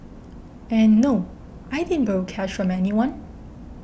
and no I didn't borrow cash from anyone